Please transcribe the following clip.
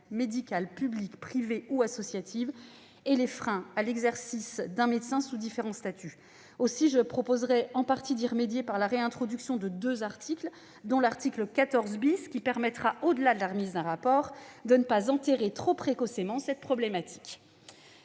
médicales publiques, privées ou associatives, et des freins à l'exercice d'un médecin sous différents statuts. Aussi, je proposerai d'y remédier en partie par la réintroduction de deux articles, dont l'article 14 , lequel, au-delà de la remise d'un rapport, permettra de ne pas enterrer trop précocement cette problématique.